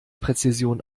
präzision